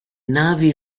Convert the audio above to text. navi